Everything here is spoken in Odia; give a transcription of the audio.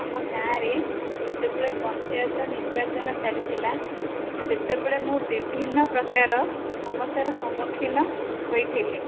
ଆମ ଗାଁ ରେ ଯେତେବେଳେ ପଞ୍ଚାୟତ ନିର୍ବାଚନ ଚାଲିଥିଲା ସେତେବେଳେ ମୁଁ ବିଭିନ୍ନ ପ୍ରକାର ସମସ୍ୟାର ସମ୍ମୁଖୀନ ହୋଇଥିଲି